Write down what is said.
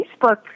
Facebook